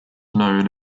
known